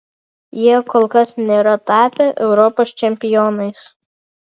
jie kol kas nėra tapę europos čempionais